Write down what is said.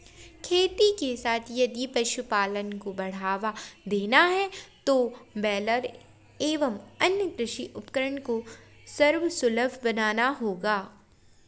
खेती के साथ यदि पशुपालन को बढ़ावा देना है तो बेलर एवं अन्य कृषि उपकरण को सर्वसुलभ बनाना होगा